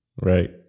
Right